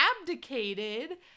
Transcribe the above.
abdicated